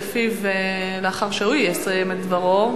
לאחר שהוא יסיים את דברו,